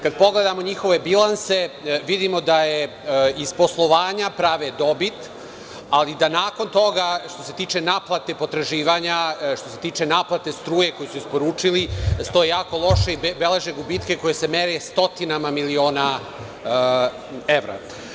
Kad pogledamo njihove bilanse, vidimo da iz poslovanja prave dobit, ali da nakon toga, što se tiče naplate potraživanja, što se tiče naplate struje koju su isporučili, stoje jako loše i beleže gubitke koji se mere stotinama miliona evra.